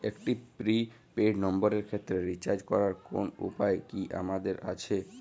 একটি prepaid নম্বরের ক্ষেত্রে রিচার্জ করার কোনো উপায় কি আমাদের আছে?